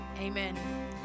amen